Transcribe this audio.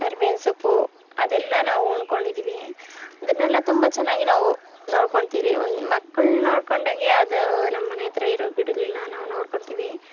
ಕರ್ಬೇವಿನ ಸೊಪ್ಪು ಅದೆಲ್ಲ ನಾವು ಉಣ್ಕೊಂಡಿದ್ದೀವಿ ಅದನ್ನೆಲ್ಲ ತುಂಬ ಚೆನ್ನಾಗಿ ನಾವು ನೋಡ್ಕೊಳ್ತೀವಿ ಒಂದು ಮಕ್ಕಳ್ನ ನೋಡ್ಕೊಂಡಂಗೆ ಅದು ನಮ್ಮನೆ ಹತ್ರ ಇರೋ ಗಿಡಗಳನ್ನ ನಾವು ನೋಡ್ಕೊಳ್ತೀವಿ